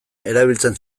erabiltzen